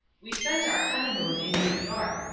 we spent our honeymoon in new york.